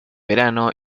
verano